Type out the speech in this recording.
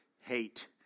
hate